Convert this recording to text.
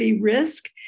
risk